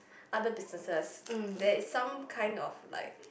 other businesses there is some kind of like